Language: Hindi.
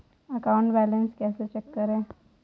अकाउंट बैलेंस कैसे चेक करें?